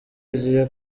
agiye